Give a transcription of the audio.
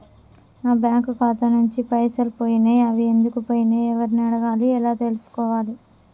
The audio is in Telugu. నా బ్యాంకు ఖాతా నుంచి పైసలు పోయినయ్ అవి ఎందుకు పోయినయ్ ఎవరిని అడగాలి ఎలా తెలుసుకోవాలి?